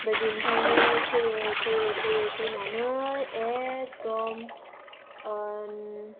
ओमफ्राय बिनिफ्रायनो फैयै फैयै फैनानै एखदम